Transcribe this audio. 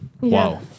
wow